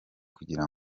kugira